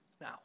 Now